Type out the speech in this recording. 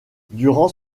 durant